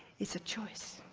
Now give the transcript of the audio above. it's a choice,